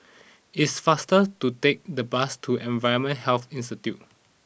it is faster to take the bus to Environmental Health Institute